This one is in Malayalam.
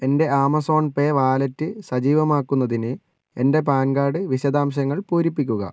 എൻ്റെ ആമസോൺ പേ വാലറ്റ് സജീവമാക്കുന്നതിന് എൻ്റെ പാൻ കാർഡ് വിശദാംശങ്ങൾ പൂരിപ്പിക്കുക